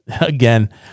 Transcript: again